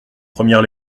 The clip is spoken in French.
première